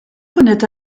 connaît